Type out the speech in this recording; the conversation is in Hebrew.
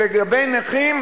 שמציעה הצעת החוק.